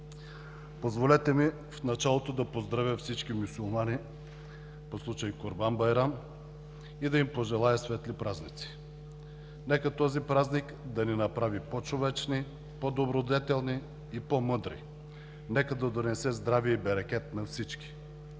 Позволете ми в началото да поздравя всички мюсюлмани по случай Курбан байрам и да им пожелая светли празници! Нека този празник да ни направи по-човечни, по добродетелни и по-мъдри! Нека да донесе здраве и берекет на всички,